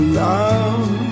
love